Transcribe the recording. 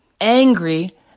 Angry